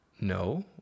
No